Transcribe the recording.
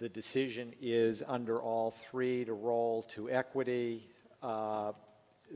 the decision is under all three to roll to equity